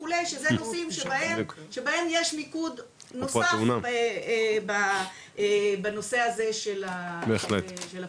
שזה נושאים שבהם יש מיקוד נוסף בנושא הזה של הפעילות.